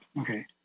Okay